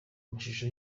amashusho